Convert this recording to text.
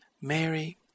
Mary